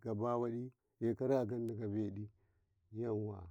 karfe belu dene kaye sai tisu tiɗisukuye hinɗakaye hinɗakaye.